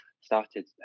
started